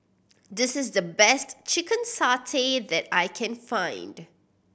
this is the best chicken satay that I can find